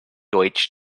deutsche